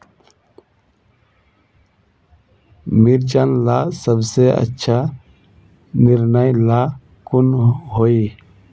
मिर्चन ला सबसे अच्छा निर्णय ला कुन होई?